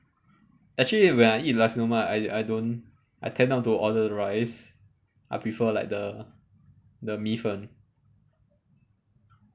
actually when I eat nasi lemak I I don't I tend not to order rice I prefer like the the 米粉